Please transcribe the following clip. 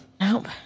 Nope